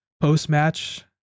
Post-match